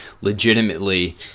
legitimately